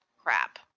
crap